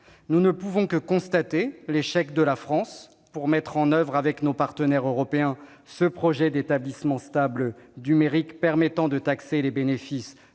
Nous ne pouvons que constater l'échec de la France à mettre en oeuvre, avec nos partenaires européens, ce projet d'établissement stable numérique permettant de taxer les bénéfices